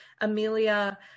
Amelia